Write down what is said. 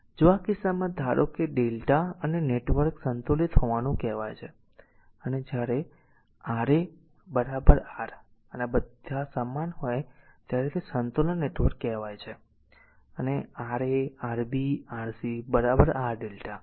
અને જો આ કિસ્સામાં જો ધારો કે Δ અને નેટવર્ક સંતુલિત હોવાનું કહેવાય છે અને જ્યારે aa R a R અને જ્યારે બધા સમાન હોય ત્યારે તે સંતુલન નેટવર્ક કહેવાય છે અનેRa Rb Rc R lrmΔ